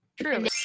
true